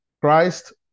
Christ